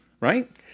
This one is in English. Right